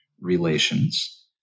relations